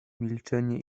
milczenie